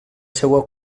seua